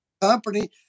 company